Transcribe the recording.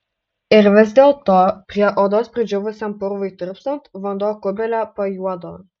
ir vis dėlto prie odos pridžiūvusiam purvui tirpstant vanduo kubile pajuodo